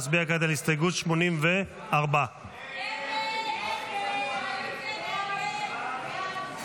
נצביע כעת על הסתייגות 84. הסתייגות 84 לא נתקבלה.